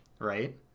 right